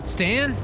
Stan